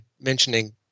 mentioning